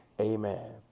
Amen